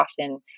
often